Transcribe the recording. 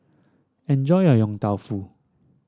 enjoy your Yong Tau Foo